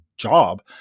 Job